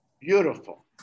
Beautiful